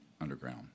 underground